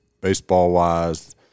baseball-wise